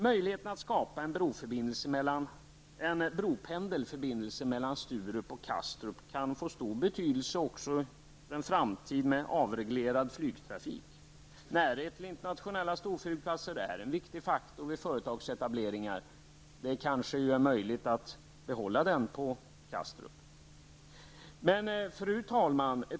Möjligheterna att skapa en bropendelförbindelse mellan Sturup och Kastrup kan få stor betydelse för en framtida mer avreglerad flygtrafik. Närhet till internationella storflygplatser är en viktig faktor vid företagsetableringar. Det kanske blir möjligt att behålla den på Kastrup. Fru talman!